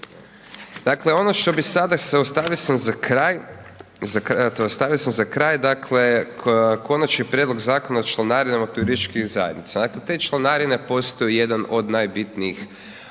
sam za kraj tj. ostavio sam za kraj, dakle, Konačni prijedlog Zakona o članarinama turističkih zajednica. Dakle, te članarine postaju jedan od najbitnijih